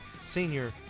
Senior